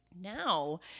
Now